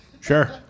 Sure